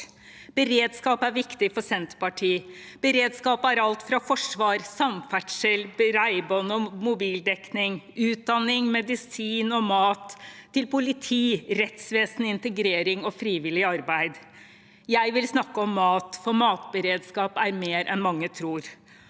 Beredskap er viktig for Senterpartiet. Beredskap er alt fra forsvar, samferdsel, bredbånd og mobildekning, utdanning, medisin og mat til politi, rettsvesen, integrering og frivillig arbeid. Jeg vil snakke om mat, for matberedskap er mer enn mange tror.